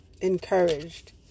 encouraged